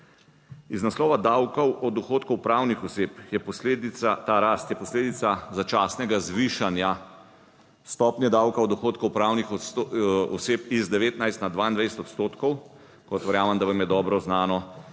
Iz naslova davkov od dohodkov pravnih oseb je posledica, ta rast je posledica začasnega zvišanja stopnje davka od dohodkov pravnih oseb iz 19 na 22 odstotkov, kot verjamem, da vam je dobro znano,